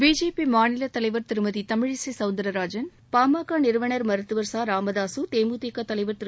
BJP மாநிலத் தலைவர் திருமதி தமிழிசை கவுந்தர்ராஜன் பா ம க நிறுவனர் மருத்துவர் ராமதாக தேமுதிக தலைவர் திரு